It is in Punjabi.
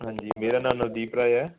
ਹਾਂਜੀ ਮੇਰਾ ਨਾਮ ਨਵਦੀਪ ਰਾਏ ਐ